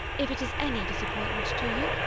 if it is any disappointment to you,